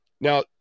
Now